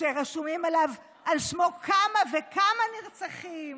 שרשומים על שמו כמה וכמה נרצחים.